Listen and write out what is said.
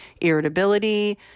irritability